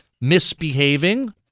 Misbehaving